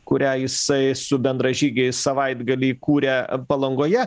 kurią jisai su bendražygiais savaitgalį įkūrė palangoje